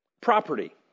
Property